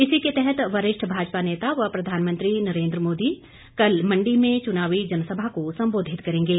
इसी के तहत वरिष्ठ भाजपा नेता व प्रधानमंत्री नरेन्द्र मोदी कल मण्डी में चुनावी जनसभा को सम्बोधित करेंगे